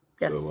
Yes